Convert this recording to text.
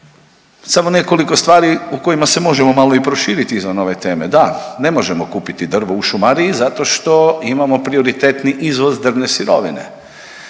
Samo nekoliko stvari o kojima se možemo malo i proširiti izvan ove teme, da ne možemo kupiti drvo u šumariji zato što imamo prioritetni izvoz drvne sirovine.